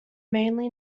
mainly